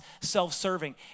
self-serving